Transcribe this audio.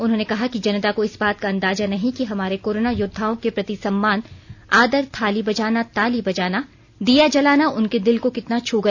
उन्होंने कहा कि जनता को इस बात का अंदाजा नहीं कि हमारे कोरोना योद्वाओं के प्रति सम्मान आदर थाली बजाना ताली बजाना दीया जलाना उनके दिल को कितना छू गया